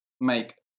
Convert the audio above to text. make